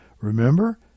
Remember